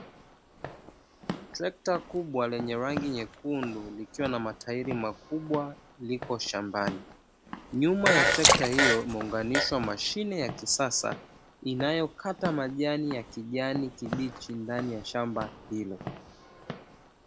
Trekta kubwa lenye rangi nyekundu likiwa na matairi makubwa iko shambani. Nyuma ya trekta hiyo imeunganishwa mashine ya kisasa inayokata majani ya kijani kibichi ndani ya shamba hilo.